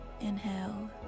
Inhale